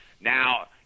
Now